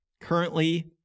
currently